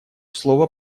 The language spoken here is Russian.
слова